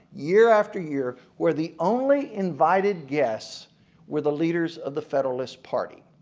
year after year, where the only invited guests were the leaders of the federalist party.